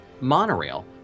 monorail